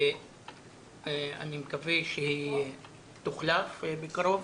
אני מקווה שהיא תוחלף בקרוב.